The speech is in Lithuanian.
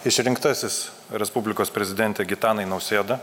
išrinktasis respublikos prezidente gitanai nausėda